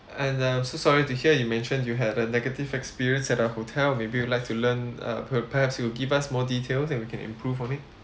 and I'm so sorry to hear you mentioned you had a negative experience at our hotel maybe you'd like to learn uh p~ perhaps you will give us more details and we can improve on it